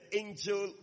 angel